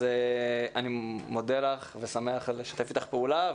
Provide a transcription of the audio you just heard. אז אני מודה לך ושמח לשתף איתך פעולה,